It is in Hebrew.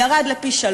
זה ירד לפי-שלושה,